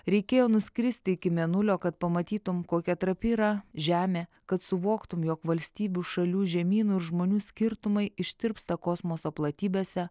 reikėjo nuskristi iki mėnulio kad pamatytum kokia trapi yra žemė kad suvoktum jog valstybių šalių žemynų ir žmonių skirtumai ištirpsta kosmoso platybėse